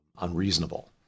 unreasonable